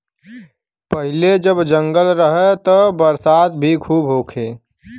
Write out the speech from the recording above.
पहिले जब जंगल रहे त बरसात भी खूब होखे